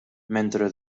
mentre